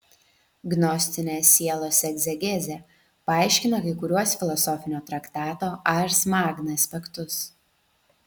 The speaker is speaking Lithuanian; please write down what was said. gnostinė sielos egzegezė paaiškina kai kuriuos filosofinio traktato ars magna aspektus